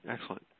Excellent